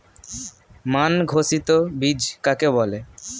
মান ঘোষিত বীজ কাকে বলে?